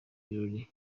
birori